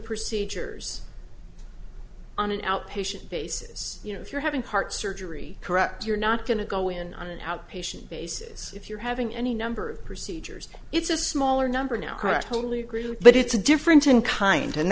procedures on an outpatient basis you know if you're having heart surgery correct you're not going to go in on an outpatient basis if you're having any number of procedures it's a smaller number now correct totally agree but it's different in kind and